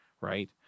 right